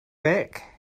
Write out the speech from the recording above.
back